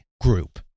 group